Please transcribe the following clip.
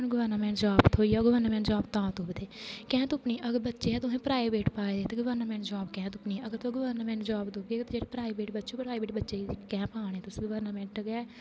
स्हानू government job थ्होई जाग गवर्नामेंट जाॅव तां तुपदे कैंह् तुप्पनी अगर बच्चे तुसें प्राइवेट पाए दे ते गवर्नामेंट जाॅव कैंह् तुप्पनी अगर तुस गवर्नमेंट जाॅव तुपगे ते फिर प्राईवेट बच्चे कैंह् पाने गवर्नामेंट